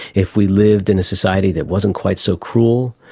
if we lived in a society that wasn't quite so cruel,